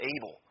able